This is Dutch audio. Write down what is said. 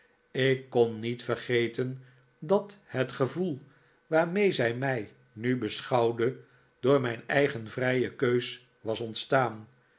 ik kon niet vergeten dat het gevoel waarmee zij mij nu beschouwde door mijn eigen vrije keus was ontstaan